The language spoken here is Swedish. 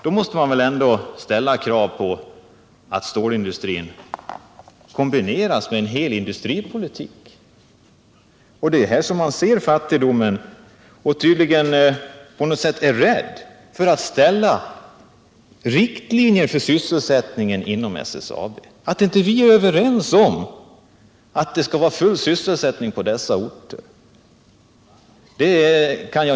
Då måste man väl ändå ställa krav på att stålindustrin kombineras med en hel industripolitik. Det är här som man ser fattigdomen och tydligen på något sätt är rädd för att ställa upp riktlinjer för sysselsättningen inom SSAB. Jag kan inte förstå att vi inte är överens om att det skall vara full sysselsättning på dessa orter.